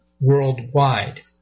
worldwide